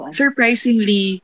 surprisingly